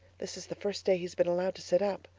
this is the first day he's been allowed to sit up.